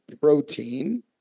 protein